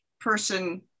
person